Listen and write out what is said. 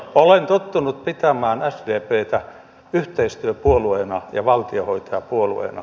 olen tottunut pitämään sdptä yhteistyöpuolueena ja valtionhoitajapuolueena